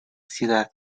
ciudad